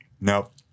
Nope